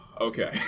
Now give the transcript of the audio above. okay